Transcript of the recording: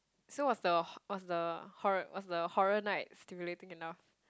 so was the h~ was the horr~ was the horror night stimulating enough